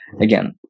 again